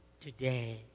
today